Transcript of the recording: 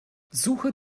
suche